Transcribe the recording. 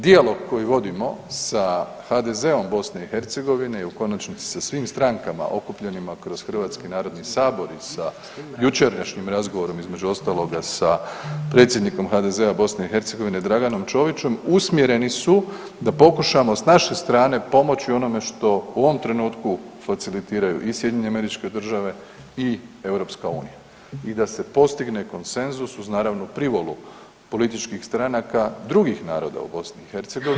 Dijalog koji vodimo sa HDZ-om BiH i u konačnici sa svim strankama okupljenima kroz Hrvatski narodni sabor i sa jučerašnjim razgovorom između ostaloga sa predsjednikom HDZ-a BiH Draganom Čovićom usmjereni su da pokušamo s naše strane pomoći onome što u ovom trenutku facelitiraju i SAD i EU i da se postigne konsenzus uz naravno privolu političkih stranaka drugih naroda u BiH.